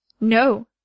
No